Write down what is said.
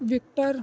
victor